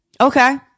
okay